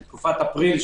באפריל,